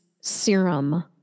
Serum